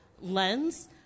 lens